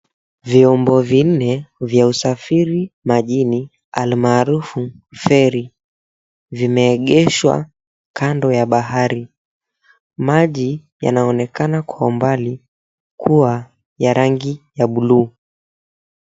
Vyombo vinne vya usafiri majini, almaarufu feri, vimeegeshwa kando ya bahari. Maji yanaonekana kwa umbali kuwa ya rangi ya buluu.